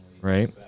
right